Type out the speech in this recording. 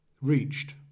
reached